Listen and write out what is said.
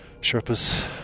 sherpas